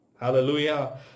Hallelujah